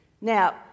Now